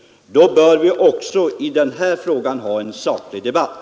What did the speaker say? Då bör vi också i denna fråga ha en saklig debatt.